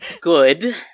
Good